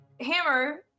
hammer